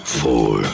four